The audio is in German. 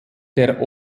der